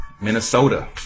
Minnesota